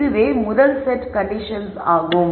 இதுவே முதல் set conditions ஆகும்